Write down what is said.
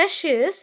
precious